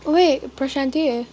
ओइ प्रशान्ति